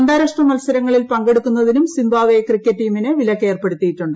അന്താരാഷ്ട്ര മത്സരങ്ങളിൽ പങ്കെടുക്കുന്നതിനും സിംബാബ്വേ ക്രിക്കറ്റ് ടീമിന് വിലക്കേർപ്പെടുത്തിയിട്ടുണ്ട്